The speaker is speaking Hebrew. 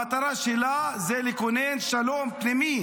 המטרה שלה היא לכונן שלום פנימי